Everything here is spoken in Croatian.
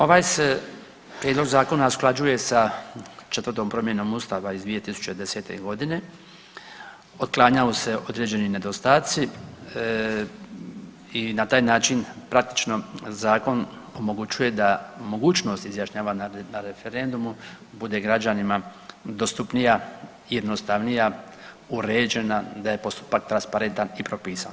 Ovaj se prijedlog zakona usklađuje s četvrtom promjenom Ustava iz 2010.g. otklanjaju se određeni nedostaci i na taj način praktično zakon omogućuje da mogućnost izjašnjavanja na referendumu bude građanima dostupnija, jednostavnija, uređena da je postupak transparentan i propisan.